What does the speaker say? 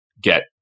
get